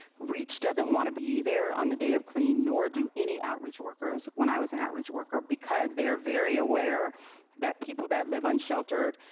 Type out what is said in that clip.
reach doesn't want to be there on the day of clean nor do any outreach worker when i was an outreach worker because they are very aware that people that live unsheltered,